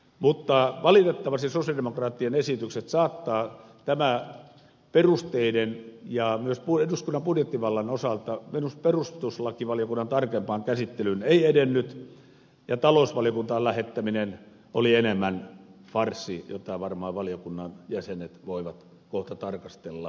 mutta valitettavasti sosialidemokraattien esitys saattaa tämä perusteiden ja myös eduskunnan budjettivallan osalta perustuslakivaliokunnan tarkempaan käsittelyyn ei edennyt ja talousvaliokuntaan lähettäminen oli enemmän farssi jota varmaan valiokunnan jäsenet voivat kohta tarkastella